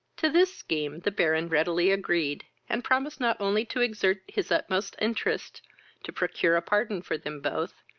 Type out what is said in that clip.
to this scheme the baron readily agreed, and promised not only to exert his utmost interest to procure a pardon for them both,